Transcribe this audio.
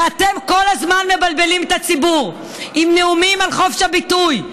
ואתם כל הזמן מבלבלים את הציבור עם נאומים על חופש הביטוי.